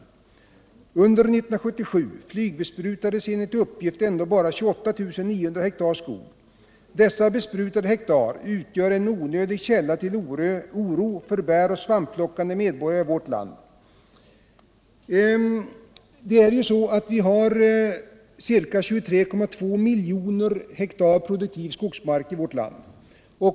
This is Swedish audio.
Under 1977 flygbesprutades enligt uppgift ändå bara 28 900 hektar skog. Dessa besprutade hektar utgör en onödig källa till oro för bäroch svampplockande medborgare i vårt land. Vi har ca 23,2 miljoner hektar produktiv skogsmark i vårt land.